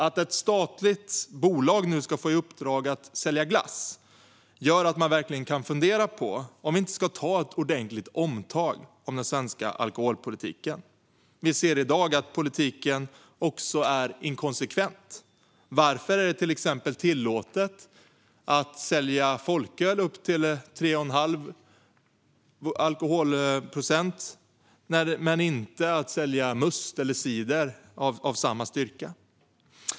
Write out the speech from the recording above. Att ett statligt bolag nu ska få i uppdrag att sälja glass gör att man verkligen kan fundera på om vi inte ska ta ett ordentligt omtag om den svenska alkoholpolitiken. Vi ser i dag att politiken också är inkonsekvent. Varför är det till exempel tillåtet att sälja folköl med en alkoholhalt på upp till 3,5 procent men inte att sälja must eller cider med samma styrka?